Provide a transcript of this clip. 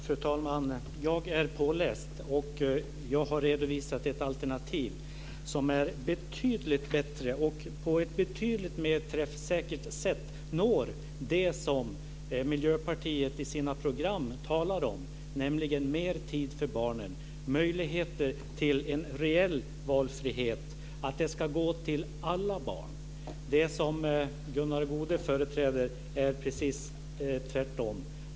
Fru talman! Jag är påläst, och jag har redovisat ett alternativ som är betydligt bättre och som på ett betydligt mer träffsäkert sätt når dem som Miljöpartiet talar om i sina program: "Mer tid för barnen", "Möjligheter till en reell valfrihet". Det ska gå till alla barn. Det som Gunnar Goude företräder är precis tvärtom.